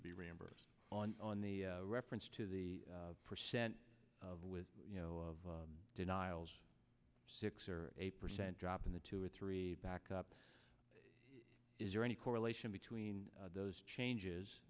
to be reimbursed on on the reference to the percent of with you know of denials six or eight percent drop in the two or three back up is there any correlation between those changes